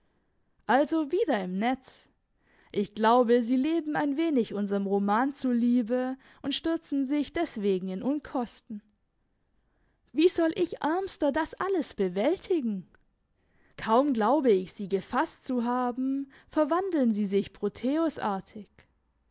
also wieder im netz ich glaube sie leben ein wenig unserm roman zuliebe und stürzen sich deswegen in unkosten wie soll ich ärmster das alles bewältigen kaum glaube ich sie gefasst zu haben verwandeln sie sich